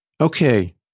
Okay